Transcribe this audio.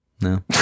No